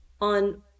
on